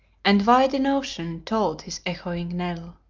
and wide in ocean tolled his echoing knell.